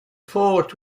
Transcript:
fort